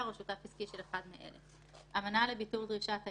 אז כנראה שזכות הקיום שלי או היכולת שלי לתת שירותים